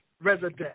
resident